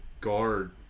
guard